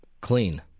clean